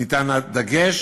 מושם דגש